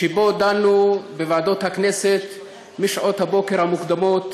שבו דנו בוועדות הכנסת משעות הבוקר המוקדמות